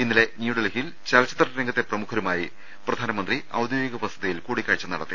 ഇന്നലെ ന്യൂഡൽഹി യിൽ ചലച്ചിത്ര രംഗത്തെ പ്രമുഖരുമായി പ്രധാനമന്ത്രി ഔദ്യോഗിക വസതി യിൽ കൂടിക്കാഴ്ച നടത്തി